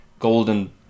golden